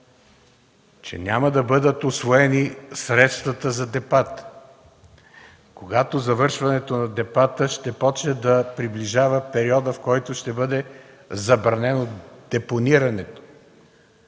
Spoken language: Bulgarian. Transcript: че няма да бъдат усвоени средствата за депата, когато завършването на депата ще започне да приближава периода, в който ще бъде забранено депонирането,